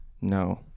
No